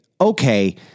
okay